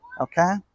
okay